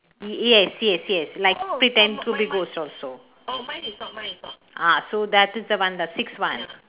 yes yes yes like pretend to be ghost also ah so that is the one the six one